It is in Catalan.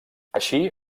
així